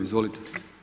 Izvolite.